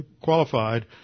qualified